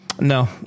No